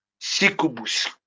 Sikubus